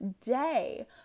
day